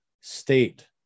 state